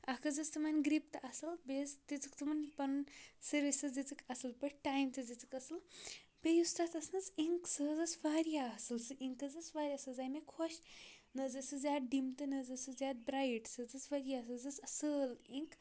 اَکھ حظ ٲس تِمَن گِرٛپ تہِ اَصٕل بیٚیہِ حظ دِژٕکھ تمَن پَنُن سٔروِس حظ دِژٕکھ اَصٕل پٲٹھۍ ٹایِم تہِ حظ دِژٕکھ اَصٕل بیٚیہِ یُس تَتھ ٲس نہٕ حظ اِنک سَہ حظ ٲس وارِیاہ اَصٕل سَہ اِنک حظ ٲس وارِیاہ سَہ حظ آے مےٚ خۄش نہ حظ ٲسٕس زیادٕ ڈِم تہٕ نہ حظ ٲسٕس زیادٕ برٮ۪یٹ سَہ حظ ٲس وارِیاہ سۄ حظ ٲس اَصٕل اِنک